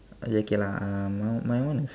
okay lah uh my my one is